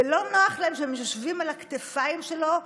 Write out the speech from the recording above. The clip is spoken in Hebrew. ולא נוח להם שהם יושבים על הכתפיים שלו,